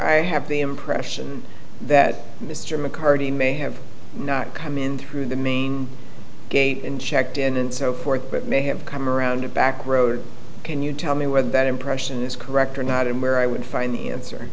i have the impression that mr mccurdy may have come in through the main gate and checked and so forth but may have come around the back road can you tell me where that impression is correct or not and where i would find the answer